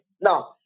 Now